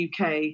UK